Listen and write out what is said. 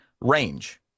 range